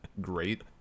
great